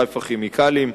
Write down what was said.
"חיפה כימיקלים",